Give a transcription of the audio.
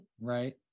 Right